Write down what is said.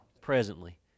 presently